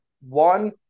one